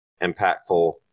impactful